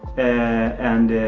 and